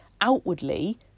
outwardly